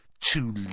Too